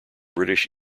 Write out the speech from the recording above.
british